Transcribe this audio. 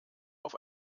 auf